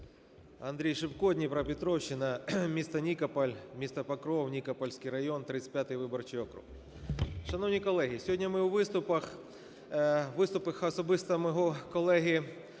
Андрій Шипко, Дніпропетровщина, місто Нікополь, місто Покров, Нікопольський район, 35 виборчий округ. Шановні колеги, сьогодні ми у виступах, виступах особливо мого колеги